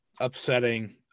upsetting